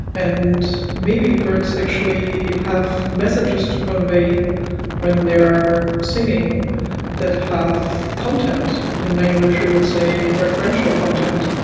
and maybe birds actually have messages to convey when they're singing that have content in language, we would say referential content.